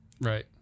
Right